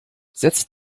setzt